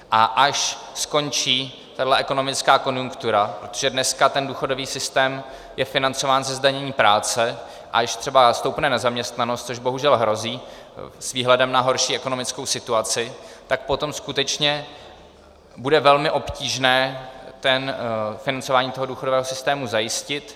A až skončí tahle ekonomická konjunktura, protože dneska důchodový systém je financován ze zdanění práce, až třeba stoupne nezaměstnanost, což bohužel hrozí s výhledem na horší ekonomickou situaci, tak potom skutečně bude velmi obtížné financování důchodového systému zajistit.